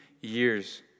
years